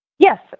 Yes